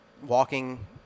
walking